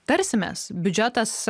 tarsimės biudžetas